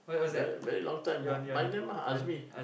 ver~ very long time now my name ah Azmi